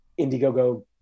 Indiegogo